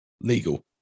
legal